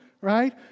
right